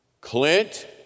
Clint